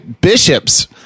Bishops